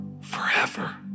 forever